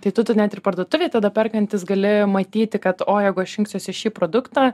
tai tu tu net ir parduotuvėj tada perkantis gali matyti kad o jeigu aš rinksiuosi šį produktą